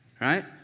right